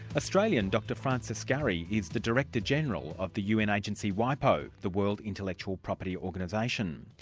australian doctor francis gurry is the director-general of the un agency wipo, the world intellectual property organisation.